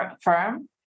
firm